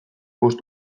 bost